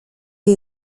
wie